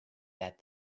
that